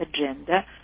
agenda